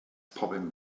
popping